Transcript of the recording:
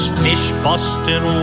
fish-busting